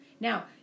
Now